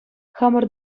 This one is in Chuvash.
хамӑр